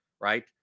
Right